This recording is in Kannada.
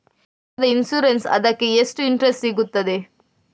ಎಷ್ಟು ವರ್ಷದ ಇನ್ಸೂರೆನ್ಸ್ ಅದಕ್ಕೆ ಎಷ್ಟು ಇಂಟ್ರೆಸ್ಟ್ ಸಿಗುತ್ತದೆ?